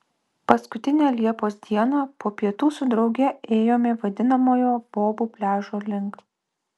paskutinę liepos dieną po pietų su drauge ėjome vadinamojo bobų pliažo link